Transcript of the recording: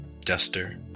duster